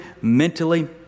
mentally